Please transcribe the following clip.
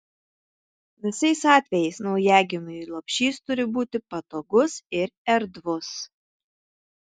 visais atvejais naujagimiui lopšys turi būti patogus ir erdvus